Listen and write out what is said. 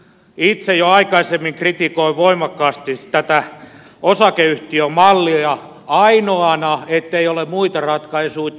itse jo aikaisemmin kritikoin voimakkaasti tätä osakeyhtiömallia ainoana sitä ettei ole muita ratkaisuja